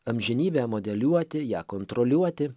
amžinybę modeliuoti ją kontroliuoti